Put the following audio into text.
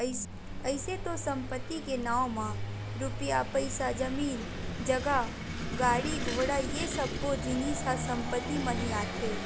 अइसे तो संपत्ति के नांव म रुपया पइसा, जमीन जगा, गाड़ी घोड़ा ये सब्बो जिनिस ह संपत्ति म ही आथे